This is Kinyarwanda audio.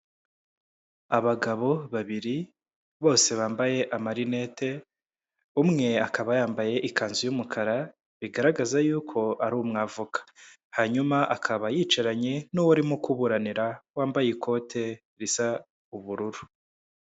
Abagabo babiri bose bambaye amarinete umwe akaba yambaye ikanzu y'umukara bigaragaza yuko ari umwavoka hanyuma akaba yicaranye n'uwarimo kuburanira wambaye ikote risa ubururu.